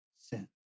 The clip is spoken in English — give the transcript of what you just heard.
sin